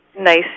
nice